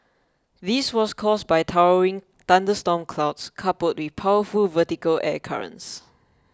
this was caused by towering thunderstorm clouds coupled with powerful vertical air currents